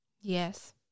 Yes